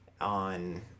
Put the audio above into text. on